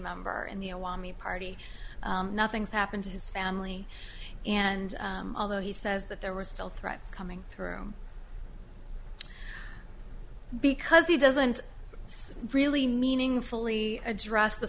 member in the awami party nothing's happened to his family and although he says that there were still threats coming through because he doesn't really meaningfully address the